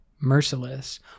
merciless